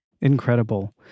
Incredible